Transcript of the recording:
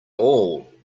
all